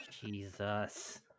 Jesus